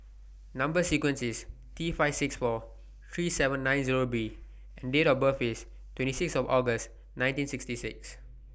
Number sequence IS T five six four three seven nine Zero B and Date of birth IS twenty six of August nineteen sixty six